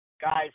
guys